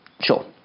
Sure